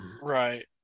Right